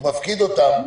הוא מפקיד אותם.